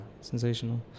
Sensational